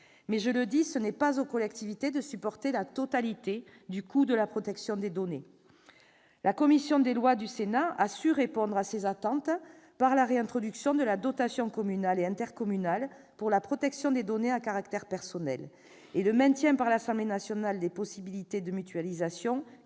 Mais je le dis, ce n'est pas aux collectivités de supporter la totalité du coût de la protection de données. La commission des lois du Sénat a su répondre à ces attentes par la réintroduction de la dotation communale et intercommunale pour la protection des données à caractère personnel, tandis que l'Assemblée nationale a maintenu les possibilités de mutualisation,